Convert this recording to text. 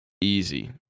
easy